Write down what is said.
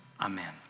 Amen